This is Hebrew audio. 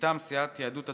מטעם סיעת יהדות התורה,